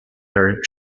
are